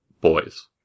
boys